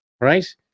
right